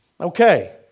Okay